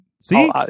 See